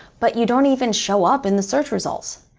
but you don't even show up in the search results.